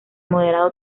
moderado